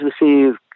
received